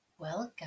Welcome